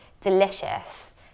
delicious